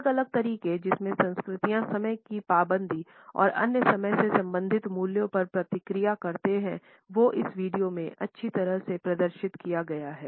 अलग अलग तरीके जिसमें संस्कृतिया समय की पाबंदी और अन्य समय से संबंधित मूल्यों पर प्रतिक्रिया करते हैं वो इस वीडियो में अच्छी तरह से प्रदर्शित किया गया है